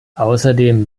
außerdem